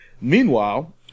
Meanwhile